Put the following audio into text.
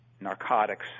Narcotics